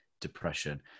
depression